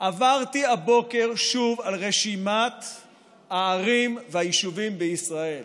עברתי הבוקר שוב על רשימת הערים והיישובים בישראל.